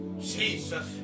Jesus